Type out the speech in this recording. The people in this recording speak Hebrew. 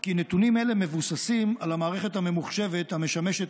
כי נתונים אלה מבוססים על המערכת הממוחשבת המשמשת